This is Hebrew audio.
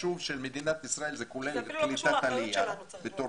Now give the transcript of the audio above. בחישוב של מדינת ישראל זה כולל קליטת עלייה בתור